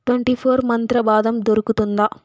twenty four మంత్ర బాదం దొరుకుతుందా